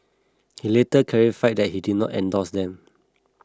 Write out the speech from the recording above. he later clarified that he did not endorse them